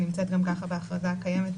שנמצאת גם ככה בהכרזה הקיימת,